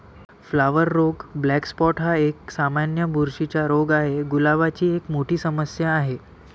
flower रोग black spot हा एक, सामान्य बुरशीचा रोग आहे, गुलाबाची एक मोठी समस्या आहे